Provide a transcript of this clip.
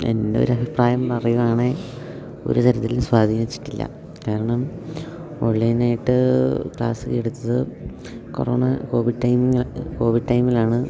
എൻ്റെ ഒരഭിപ്രായം പറയുകയാണെങ്കിൽ ഒരു തരത്തിലും സ്വാധീനിച്ചിട്ടില്ല കാരണം ഓൺലൈനായിട്ട് ക്ലാസ്സ് എടുത്തത് കൊറോണ കോവിഡ് ടൈം കോവിഡ് ടൈമിലാണ്